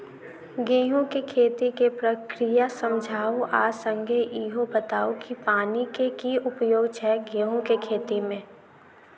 गेंहूँ केँ खेती केँ प्रक्रिया समझाउ आ संगे ईहो बताउ की पानि केँ की उपयोग छै गेंहूँ केँ खेती में?